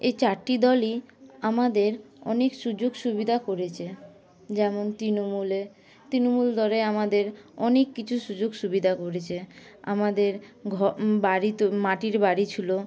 এই চারটি দলই আমাদের অনেক সুযোগ সুবিধা করেছে যেমন তৃণমূলে তৃণমূল দলে আমাদের অনেক কিছু সুযোগ সুবিধা করেছে আমাদের ঘর বাড়ি তো মাটির বাড়ি ছিল